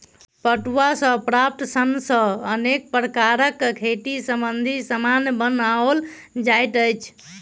पटुआ सॅ प्राप्त सन सॅ अनेक प्रकारक खेती संबंधी सामान बनओल जाइत अछि